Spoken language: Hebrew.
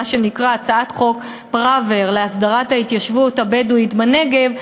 מה שנקרא הצעת חוק פראוור להסדרת ההתיישבות הבדואית בנגב,